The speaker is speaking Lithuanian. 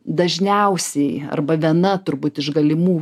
dažniausiai arba viena turbūt iš galimų